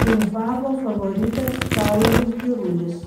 triumfavo favoritas karolis girulis